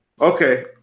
Okay